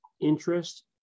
interest